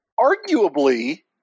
arguably